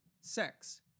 Sex